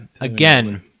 Again